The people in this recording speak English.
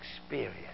experience